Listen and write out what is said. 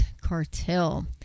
cartel